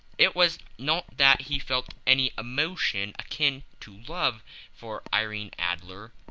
it was not that he felt any emotion akin to love for irene adler.